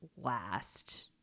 last